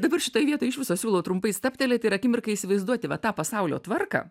dabar šitoj vietoj iš viso siūlau trumpai stabtelėti ir akimirką įsivaizduoti va tą pasaulio tvarką